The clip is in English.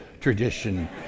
tradition